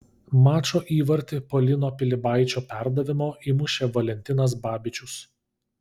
mačo įvartį po lino pilibaičio perdavimo įmušė valentinas babičius